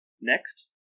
Next